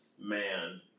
man